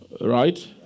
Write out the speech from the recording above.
Right